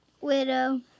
widow